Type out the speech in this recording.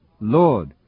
Lord